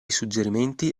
suggerimenti